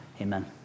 Amen